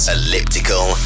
Elliptical